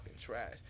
trash